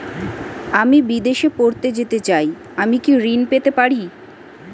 আমি বিদেশে পড়তে যেতে চাই আমি কি ঋণ পেতে পারি?